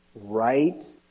right